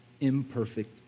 imperfect